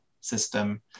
system